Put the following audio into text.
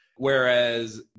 Whereas